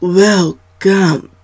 welcome